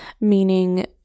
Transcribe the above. meaning